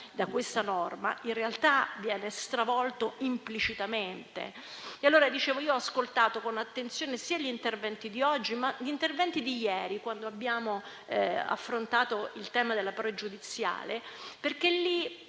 da questa norma, in realtà viene stravolto implicitamente. Come dicevo, ho ascoltato con attenzione gli interventi di oggi, ma anche gli interventi di ieri, quando abbiamo affrontato il tema della pregiudiziale, perché lì